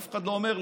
אף אחד לא אומר לה.